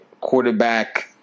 quarterback